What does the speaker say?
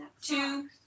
Two